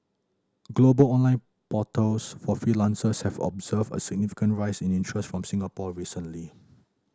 global online portals for freelancers have observed a significant rise in interest from Singapore recently